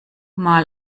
mal